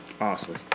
Awesome